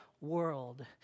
world